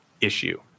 issue